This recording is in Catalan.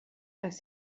les